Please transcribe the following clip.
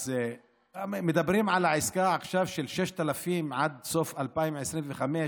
אז מדברים עכשיו על העסקה של 6,000 עד סוף 2025,